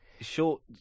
short